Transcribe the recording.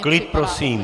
Klid prosím!